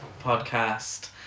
podcast